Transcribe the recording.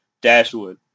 Dashwood